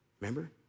Remember